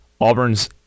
Auburn's